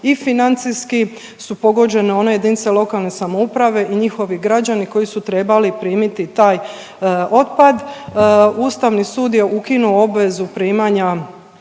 i financijski su pogođene one jedinice lokalne samouprave i njihovi građani koji su trebali primiti taj otpad. Ustavni sud je ukinuo obvezu primanja